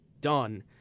done